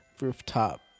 rooftop